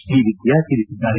ಶ್ರೀವಿದ್ಯಾ ತಿಳಿಸಿದ್ದಾರೆ